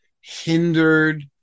hindered